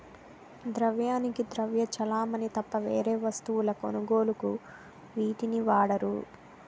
ద్రవ్యానికి ద్రవ్య చలామణి తప్ప వేరే వస్తువుల కొనుగోలుకు వీటిని వాడరు